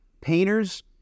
painters